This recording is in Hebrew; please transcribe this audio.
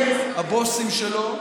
הם הבוסים שלו,